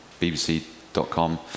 bbc.com